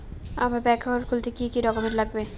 আমার bank account খুলতে কি কি ডকুমেন্ট লাগবে?